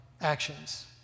actions